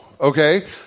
Okay